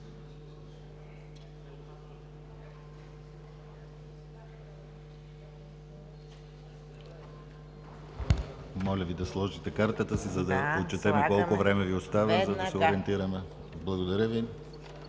Моля Ви да сложите картата си, за да отчетем колко време Ви остава и да се ориентираме. АНЕЛИЯ